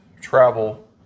travel